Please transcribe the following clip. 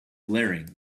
blaring